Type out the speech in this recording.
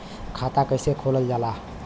खाता कैसे खोलल जाला?